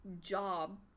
job